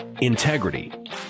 integrity